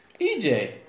EJ